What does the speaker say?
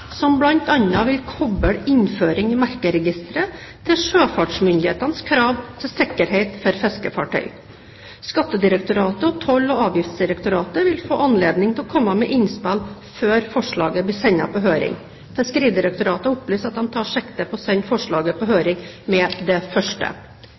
som bl.a. vil koble innføring i merkeregisteret til sjøfartsmyndighetenes krav til sikkerhet for fiskefartøy. Skattedirektoratet og Toll- og avgiftsdirektoratet vil få anledning til å komme med innspill før forslaget blir sendt på høring. Fiskeridirektoratet opplyser at de tar sikte på å sende forslaget på